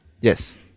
Yes